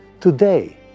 Today